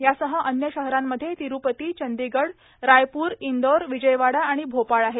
यासह अव्य शहरांमध्ये तिरूपती चंदीगड रायपूर इंदौर विजयवाडा आणि भोपाळ आहेत